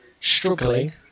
struggling